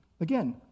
Again